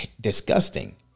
disgusting